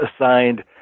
assigned